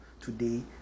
today